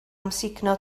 amsugno